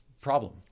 problem